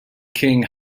king